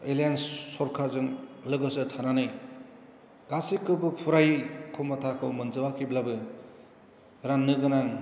इलेन्ज सरकारजों लोगोसे थानानै गासैखौबो फुरायै खम'थाखौ मोनजोबाखैब्लाबो रान्नो गोनां